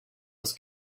was